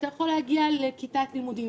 אתה יכול להגיע לכיתת לימודים,